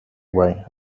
way